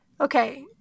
Okay